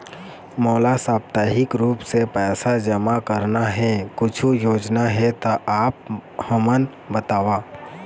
मोला साप्ताहिक रूप से पैसा जमा करना हे, कुछू योजना हे त आप हमन बताव?